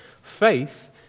Faith